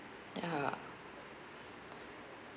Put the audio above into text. ya